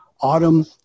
Autumn